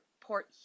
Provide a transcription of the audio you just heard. Port